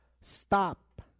stop